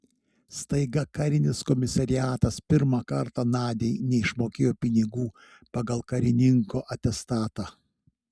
staiga karinis komisariatas pirmą kartą nadiai neišmokėjo pinigų pagal karininko atestatą